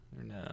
No